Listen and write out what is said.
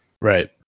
Right